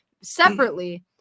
separately